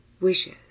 wishes